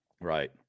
Right